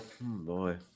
Boy